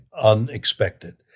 unexpected